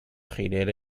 خلال